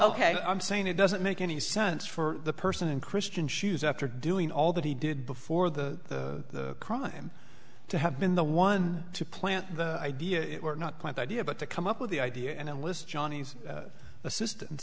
ok i'm saying it doesn't make any sense for the person in christian shoes after doing all that he did before the crime to have been the one to plant the idea if it were not quite the idea but to come up with the idea and list johnny's assistance